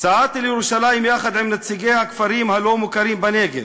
צעדתי מירושלים יחד עם נציגי הכפרים הלא-מוכרים בנגב.